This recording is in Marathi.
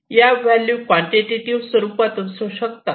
या व्हॅल्यू क्वान्टाटेटीव स्वरूपात असू शकतात